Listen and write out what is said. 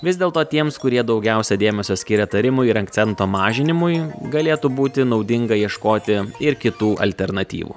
vis dėlto tiems kurie daugiausiai dėmesio skiria tarimui ir akcento mažinimui galėtų būti naudinga ieškoti ir kitų alternatyvų